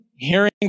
hearing